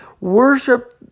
worship